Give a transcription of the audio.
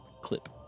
clip